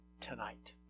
tonight